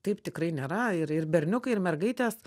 taip tikrai nėra ir ir berniukai ir mergaitės